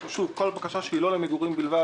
שוב, כל בקשה שהיא לא למגורים בלבד